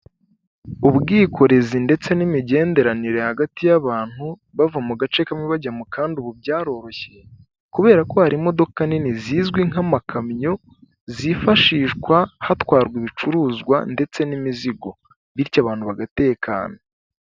Ubwikorezi ndetse n'imigenderanire hagati y'abantu bava mu gace kamwe bajya mu kandi ubu byaroroshye, kubera ko hari imodoka nini zizwi nk'amakamyo, zifashishwa hatwarwa ibicuruzwa ndetse n'imizigo, bityo abantu bagatekana.